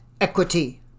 equity